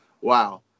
wow